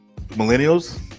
millennials